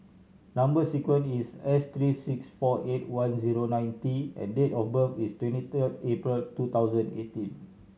number sequence is S three six four eight one zero nine T and date of birth is twenty third April two thousand eighteen